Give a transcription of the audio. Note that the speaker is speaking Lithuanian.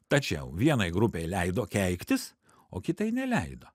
tačiau vienai grupei leido keiktis o kitai neleido